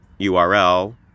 URL